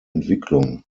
entwicklung